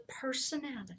personality